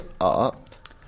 up